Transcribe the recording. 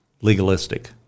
legalistic